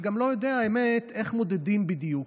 אני גם לא יודע איך מודדים בדיוק.